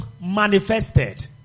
manifested